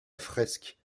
fresque